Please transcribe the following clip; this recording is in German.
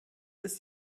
ist